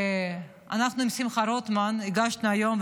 אנחנו עם שמחה רוטמן הגשנו היום,